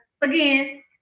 again